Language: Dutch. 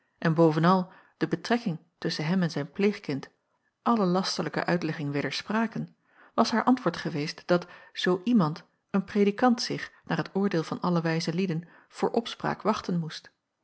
en bovenal de betrekking tusschen hem en zijn pleegkind alle lasterlijke uitlegging wederspraken was haar antwoord geweest dat zoo iemand een predikant zich naar t oordeel van alle wijze lieden voor opspraak wachten moest